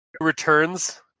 returns